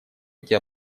эти